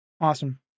Awesome